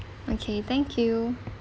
okay thank you